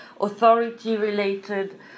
authority-related